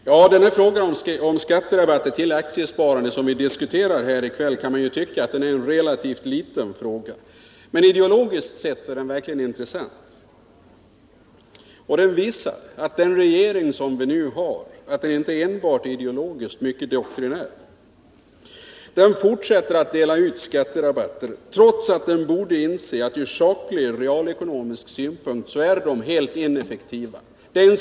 Herr talman! Man kan ju tycka att förslaget om skatterabatter till aktiesparande, som vi diskuterar här i kväll, är en relativt liten fråga, men ideologiskt sett är den verkligen intressant. Den visar att den regering som vi nu har inte enbart är ideologiskt mycket doktrinär utan också fortsätter att dela ut skatterabatter, trots att den borde inse att ur saklig, realekonomisk synpunkt är de helt ineffektiva.